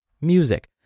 music